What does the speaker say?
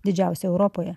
didžiausia europoje